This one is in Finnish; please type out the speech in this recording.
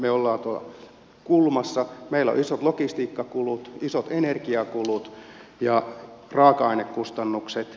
me olemme kulmassa meillä on isot logistiikkakulut isot energiakulut ja raaka ainekustannukset